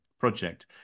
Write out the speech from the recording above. project